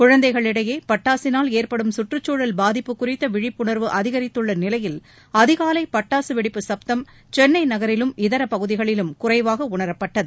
குழந்தைகளிடையே பட்டாசினால் ஏற்படும் சுற்றுச்சூழல் பாதிப்பு குறித்த விழிப்புணர்வு அதிகரித்துள்ள நிலையில் அதிகாலை பட்டாசு வெடிப்பு சுப்தம் சென்னை நகரிலும் இதர பகுதிகளிலும் குறைவாக உணரப்பட்டது